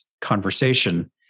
conversation